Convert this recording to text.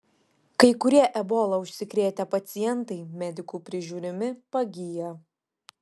kai kurie ebola užsikrėtę pacientai medikų prižiūrimi pagyja